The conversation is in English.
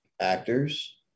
actors